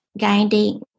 guiding